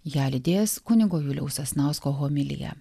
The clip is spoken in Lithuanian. ją lydės kunigo juliaus sasnausko homiliją